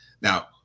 Now